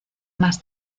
más